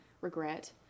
regret